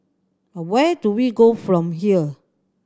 where do we go from here